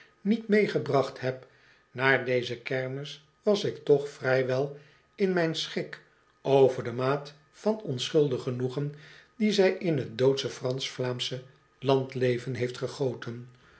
niet meegebracht heb naar deze kermis was ik toch vrij wel in mijn schik over de maat van onschuldig genoegen die zn in t doodsche fransch vlaamsche landleven heeft gegoten